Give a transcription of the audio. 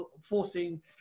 forcing